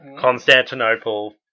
Constantinople